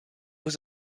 was